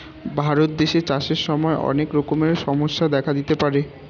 ভারত দেশে চাষের সময় অনেক রকমের সমস্যা দেখা দিতে পারে